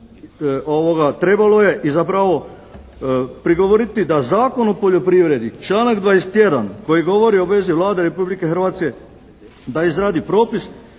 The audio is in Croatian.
trebalo je i zapravo prigovoriti da Zakon o poljoprivredi članak 21. koji govori o obvezi Vlade Republike Hrvatske da izradi propis